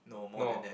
no